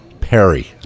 Perry